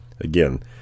again